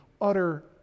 utter